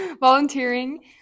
volunteering